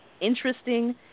interesting